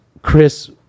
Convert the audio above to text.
Chris